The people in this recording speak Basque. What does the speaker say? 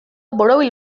borobil